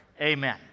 amen